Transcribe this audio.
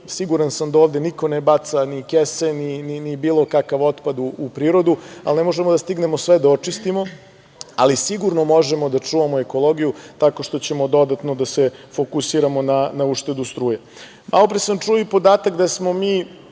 siguran sam da ovde niko ne baca ni kese, ni bilo kakav otpad u prirodu, ali ne možemo da stignemo sve da očistimo, ali sigurno možemo da čuvamo ekologiju tako što ćemo dodatno da se fokusiramo na uštedu struje. Malopre sam čuo i podatak da smo mi